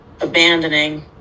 abandoning